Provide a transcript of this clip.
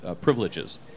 Privileges